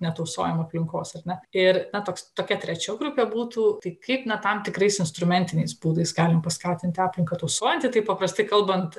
netausojam aplinkos ar ne ir na toks tokia trečia grupė būtų tai kaip na tam tikrais instrumentiniais būdais galim paskatinti aplinką tausojantį taip paprastai kalbant